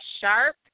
sharp